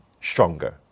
stronger